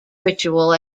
ritual